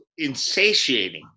insatiating